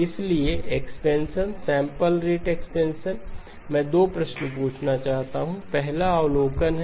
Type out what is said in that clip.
इसलिए expansion sample rate expansion मैं 2 प्रश्न पूछना चाहता हूं पहला अवलोकन है